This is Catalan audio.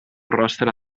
rostre